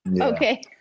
Okay